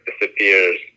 disappears